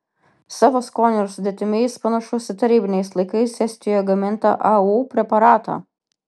savo skoniu ir sudėtimi jis panašus į tarybiniais laikais estijoje gamintą au preparatą